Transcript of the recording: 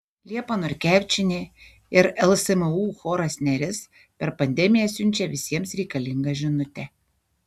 liepa norkevičienė ir lsmu choras neris per pandemiją siunčia visiems reikalingą žinutę